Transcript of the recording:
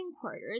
quarters